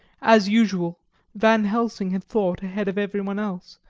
as usual van helsing had thought ahead of everyone else,